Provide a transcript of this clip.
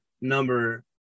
number